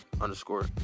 underscore